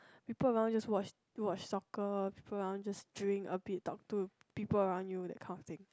people around just watch watch soccer people around just drink a bit talk to people around you that kind of thing